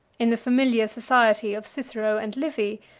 in the familiar society of cicero and livy,